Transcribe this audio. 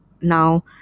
now